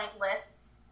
lists